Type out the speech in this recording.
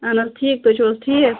اہَن حَظ ٹھیٖکھ تُہۍ چھِو حَظ ٹھیٖکھ